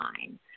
line